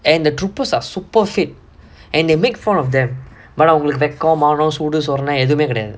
and the troopers are super fit and they make fun of them but அவங்களுக்கு வெக்கம் மானம் சூடு சொறன எதுவுமே கிடையாது:avangalukku vekkam maanam soodu sorana ethuvumae kidaiyaathu